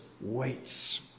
waits